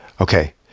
Okay